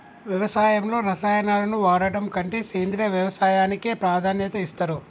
వ్యవసాయంలో రసాయనాలను వాడడం కంటే సేంద్రియ వ్యవసాయానికే ప్రాధాన్యత ఇస్తరు